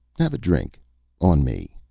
have a drink on me.